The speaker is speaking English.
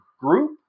group